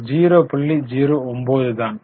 09 தான்